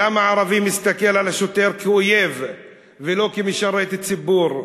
למה ערבי מסתכל על השוטר כאויב ולא כמשרת הציבור?